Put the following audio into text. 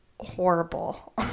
horrible